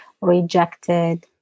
rejected